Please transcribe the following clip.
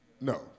No